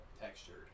textured